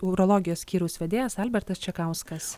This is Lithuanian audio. urologijos skyriaus vedėjas albertas čekauskas